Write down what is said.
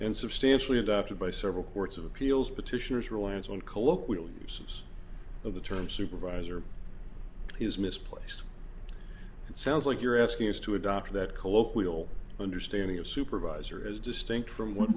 and substantially adopted by several courts of appeals petitioners reliance on colloquial uses of the term supervisor is misplaced and sounds like you're asking us to adopt that colloquial understanding of supervisor as distinct from